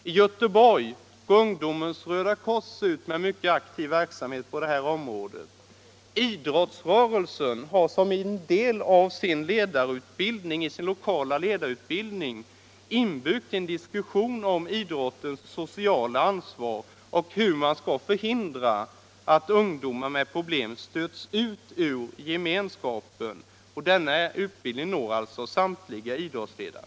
I Göteborg bedriver Ungdomens röda kors en mycket aktiv verksamhet på detta område. Idrottsrörelsen har i sin lokala ledarutbildning inbyggd en diskussion om idrottens sociala ansvar och om hur man skall kunna förhindra att ungdom med problem stöts ut ur gemenskapen. Denna utbildning når alltså samtliga idrottsledare.